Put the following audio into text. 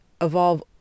evolve